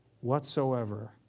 whatsoever